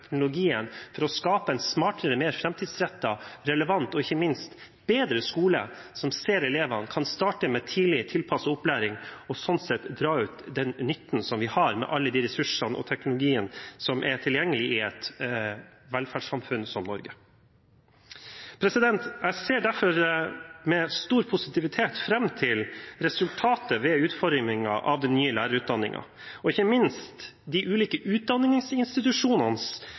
for å skape en smartere, mer framtidsrettet, relevant og ikke minst bedre skole, som ser elevene, og som gjør at man kan starte tidlig med tilpasset opplæring og sånn sett dra nytte av alle de ressursene og teknologiene som er tilgjengelige i et velferdssamfunn som Norge. Jeg ser derfor med stor positivitet fram til resultatet av utformingen av den nye lærerutdanningen og ikke minst de ulike